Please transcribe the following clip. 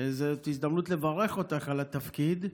שזאת הזדמנות לברך אותך על התפקיד,